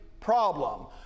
problem